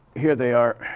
here they are,